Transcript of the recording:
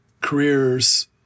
careers